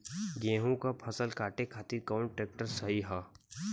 गेहूँक फसल कांटे खातिर कौन ट्रैक्टर सही ह?